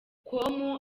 com